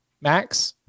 Max